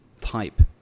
type